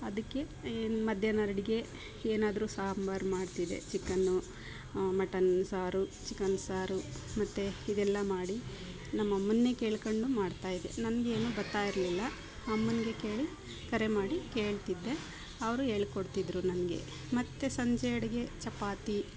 ಅದಕ್ಕೆ ಈ ಮಧ್ಯಾಹ್ನ ಅಡುಗೆ ಏನಾದರು ಸಾಂಬಾರು ಮಾಡ್ತಿದ್ದೆ ಚಿಕನ್ನು ಮಟನ್ ಸಾರು ಚಿಕನ್ ಸಾರು ಮತ್ತು ಇದೆಲ್ಲ ಮಾಡಿ ನಮ್ಮ ಅಮ್ಮನ್ನೆ ಕೇಳ್ಕೊಂಡು ಮಾಡ್ತಾ ಇದ್ದೆ ನಂಗೆ ಏನು ಬರ್ತಾ ಇರಲಿಲ್ಲ ಅಮ್ಮನಿಗೆ ಕೇಳಿ ಕರೆಮಾಡಿ ಕೇಳ್ತಿದ್ದೆ ಅವರು ಹೇಳ್ಕೊಡ್ತಿದ್ರು ನನಗೆ ಮತ್ತು ಸಂಜೆ ಅಡುಗೆ ಚಪಾತಿ